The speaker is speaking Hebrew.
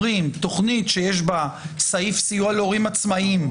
אומרים: תוכנית שיש בה סעיף סיוע להורים עצמאיים,